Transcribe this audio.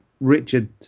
richard